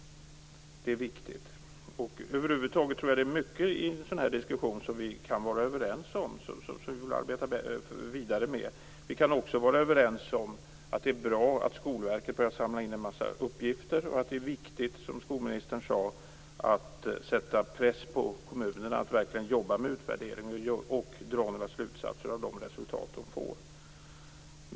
Det är viktigt. Över huvud taget tror jag att det är mycket i en sådan här diskussion som vi kan vara överens om när det gäller sådant som vi vill arbeta vidare med. Vi kan också vara överens om att det är bra att Skolverket börjar samla in en massa uppgifter och att det är viktigt, som skolministern sade, att sätta press på kommunerna, så att de verkligen jobbar med utvärderingen och drar några slutsatser av de resultat som de får.